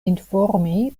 informi